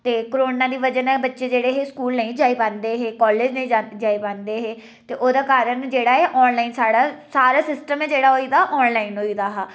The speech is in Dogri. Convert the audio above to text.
ते कोरोना दी बजह कन्नै बच्चे जेह्ड़े हे स्कूल नेईं जाई पांदे हे कालेज नेईं जा जाई पांदे हे ते ओह्दे कारण जेहड़ा ऐ आनलाइन स्हाड़ा सारा सिस्टम गै जेह्ड़ा होई गेदा आनलाइन होई गेदा हा